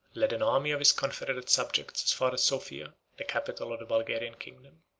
led an army of his confederate subjects as far as sophia, the capital of the bulgarian kingdom.